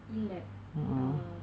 இல்ல:illa um